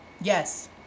Yes